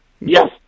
Yes